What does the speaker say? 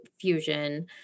fusion